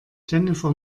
jennifer